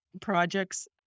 projects